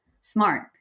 smart